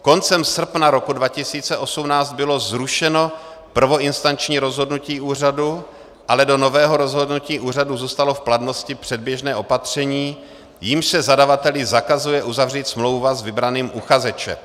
Koncem srpna roku 2018 bylo zrušeno prvoinstanční rozhodnutí úřadu, ale do nového rozhodnutí úřadu zůstalo v platnosti předběžné opatření, jímž se zadavateli zakazuje uzavřít smlouva s vybraným uchazečem.